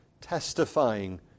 testifying